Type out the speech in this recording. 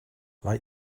like